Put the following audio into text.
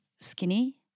skinny